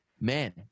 man